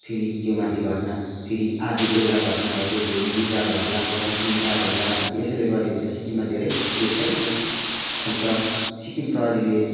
फेरि त्यो माथि घटना फेरि आज एउटा घटना घट्यो भोलि दुईवटा घट्ला पर्सि तिनवटा घट्ला अन्त यसरी गऱ्यो भने त सिक्किममा धेरै सेफ छैन त अन्त सिक्किम प्रहरीले